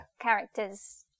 characters